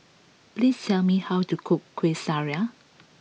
please tell me how to cook Kuih Syara